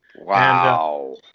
Wow